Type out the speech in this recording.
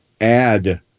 add